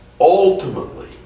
ultimately